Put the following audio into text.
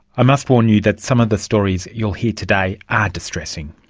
i must warn you that some of the stories you'll hear today are distressing.